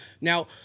Now